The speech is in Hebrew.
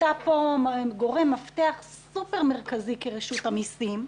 אתה פה גורם מפתח סופר מרכזי כרשות המיסים.